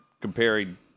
comparing